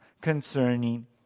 concerning